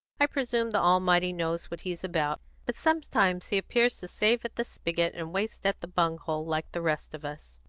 i presume the almighty knows what he's about but sometimes he appears to save at the spigot and waste at the bung-hole, like the rest of us.